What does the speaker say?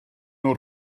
nhw